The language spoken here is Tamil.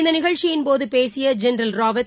இந்தநிகழ்ச்சியின்போதுபேசியஜென்ரல் ராவத்